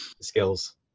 skills